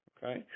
Okay